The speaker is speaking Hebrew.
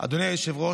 אנו נפתח